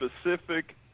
specific